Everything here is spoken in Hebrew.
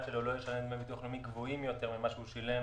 שלו לא ישלם דמי ביטוח לאומי גבוהים יותר ממשה ששילם